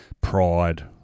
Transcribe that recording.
Pride